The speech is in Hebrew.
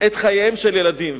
את חייהם של ילדים?